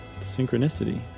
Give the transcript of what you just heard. synchronicity